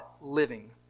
living